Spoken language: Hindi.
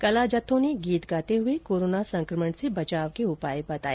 कला जत्थो ने गीत गाते हुए कोरोना संक्रमण से बचाव के उपाए बताए